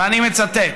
ואני מצטט: